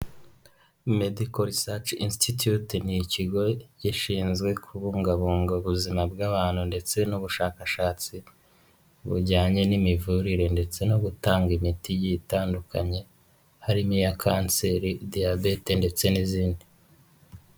Medical research institute ni ikigo gishinzwe kubungabunga ubuzima bw'abantu ndetse n'ubushakashatsi bujyanye n'imivurire, ndetse no gutanga imiti igiye itandukanye. Harimo iya kanseri, diyabete, ndetse n'izindi.